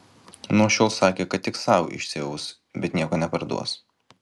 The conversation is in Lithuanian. nuo šiol sakė kad tik sau išsiaus bet nieko neparduos